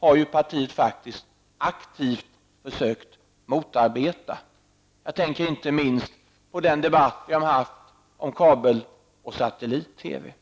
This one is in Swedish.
har partiet faktiskt aktivt försökt motarbeta. Jag tänker inte minst på den debatt som vi har fört om satellit och kabel-TV.